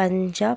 Punjab